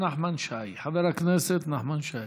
חבר הכנסת נחמן שי.